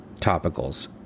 topicals